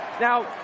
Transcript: Now